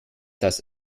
das